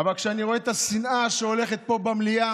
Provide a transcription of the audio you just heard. אבל כשאני רואה את השנאה שהולכת פה במליאה,